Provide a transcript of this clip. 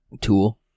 Tool